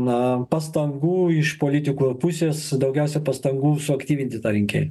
na pastangų iš politikų pusės daugiausia pastangų suaktyvinti tą rinkėją